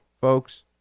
folks